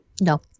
No